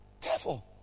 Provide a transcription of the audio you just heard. Careful